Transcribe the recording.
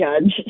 judge